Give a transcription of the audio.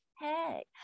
Hey